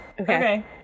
okay